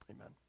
Amen